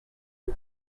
pig